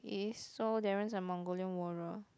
eh so Darren's a Mongolian warrior